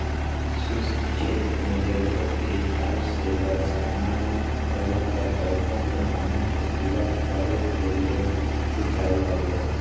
शुष्क क्षेत्र मेंजरूरत के हिसाब से वर्षा नय होला पर पौधा मे पानी के पूरा करे के ले सिंचाई होव हई